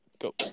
go